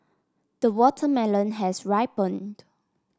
the watermelon has ripened